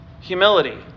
humility